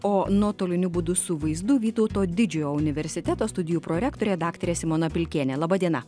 o nuotoliniu būdu su vaizdu vytauto didžiojo universiteto studijų prorektorė daktarė simona vilkienė laba diena